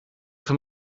vom